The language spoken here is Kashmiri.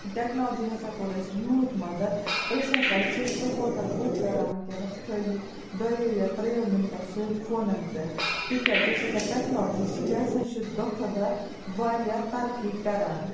ٹیکنالی ہسا کوٚر اَسہِ یوٗت مدد أسۍ ہسا چھِ سُہ ہوٹل بُک کران ؤنکیٚنس خٲلی دوٚیو یا ترٛیو مِنٹَو سۭتۍ فونن پٮ۪ٹھ تِکیازِ یۄس ہسا ٹیکناجی چھِ یہِ سا چھِ دۄہ کھۄتہٕ دۄہ واریاہ ترقی کران